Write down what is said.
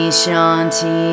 shanti